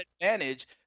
advantage